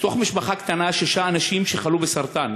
בתוך משפחה קטנה, שישה אנשים שחלו בסרטן.